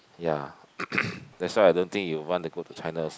ya that's why I don't think you'd want to go to China